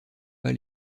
pas